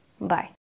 bye